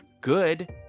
good